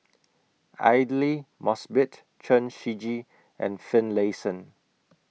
Aidli Mosbit Chen Shiji and Finlayson